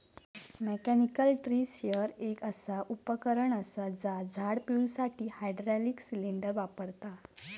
mechanical tree shaker एक असा उपकरण असा जा झाड पिळुसाठी हायड्रॉलिक सिलेंडर वापरता